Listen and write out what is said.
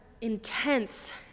intense